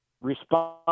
respond